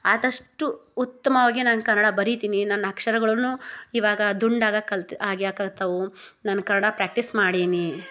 ಆದಷ್ಟು ಉತ್ತಮವಾಗಿ ನಾನು ಕನ್ನಡ ಬರಿತೀನಿ ನನ್ನ ಅಕ್ಷರಗಳನೂ ಇವಾಗ ದುಂಡಾಗಕಲ್ತ್ ಆಗ್ಯಾಕತ್ತಾವು ನಾನ್ ಕನ್ನಡ ಪ್ರ್ಯಾಕ್ಟೀಸ್ ಮಾಡೀನಿ